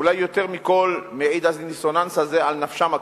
אולי יותר מכל מעיד הדיסוננס הזה על נפשם הקרועה.